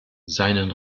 seinen